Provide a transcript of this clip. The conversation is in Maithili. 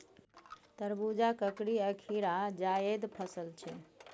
तरबुजा, ककरी आ खीरा जाएद फसल छै